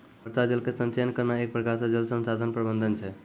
वर्षा जल के संचयन करना एक प्रकार से जल संसाधन प्रबंधन छै